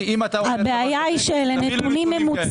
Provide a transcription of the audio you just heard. אני אם אתה אומר דבר כזה, תביא לי נתונים כאלה.